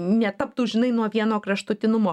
netaptų žinai nuo vieno kraštutinumo